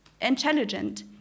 intelligent